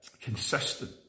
Consistent